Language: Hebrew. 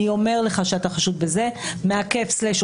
מעכבת אותו,